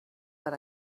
per